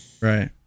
Right